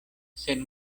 sen